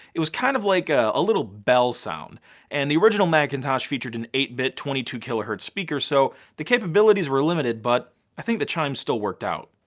it was kind of like a little bell sound and the original macintosh featured an eight bit, twenty two kilohertz speaker, so the capabilities were limited, but i think the chime still worked out.